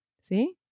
See